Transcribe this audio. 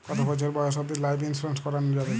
কতো বছর বয়স অব্দি লাইফ ইন্সুরেন্স করানো যাবে?